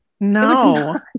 No